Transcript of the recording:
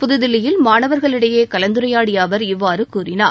புதுதில்லியில் மாணவர்களிடையே கலந்துரையாடிய அவர் இவ்வாறு கூறினார்